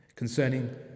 concerning